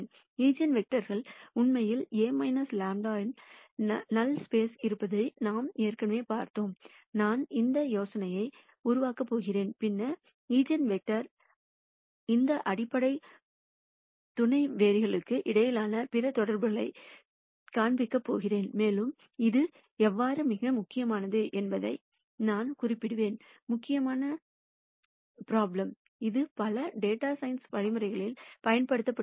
ஈஜென்வெக்டர்கள் உண்மையில் A λ இன் நல் ஸ்பேஸ் த்தில் இருப்பதை நாம் ஏற்கனவே பார்த்தோம் நான் இந்த யோசனையை உருவாக்கப் போகிறேன் பின்னர் ஈஜென்வெக்டர்களுக்கும் இந்த அடிப்படை துணைவெளிகளுக்கும் இடையிலான பிற தொடர்புகளைக் காண்பிக்கப் போகிறேன் மேலும் இது எவ்வாறு மிக முக்கியமானது என்பதையும் நான் குறிப்பிடுவேன் முக்கியமான சிக்கல் இது பல டேட்டா சயின்ஸ் வழிமுறைகளில் பயன்படுத்தப்படுகிறது